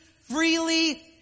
freely